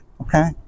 okay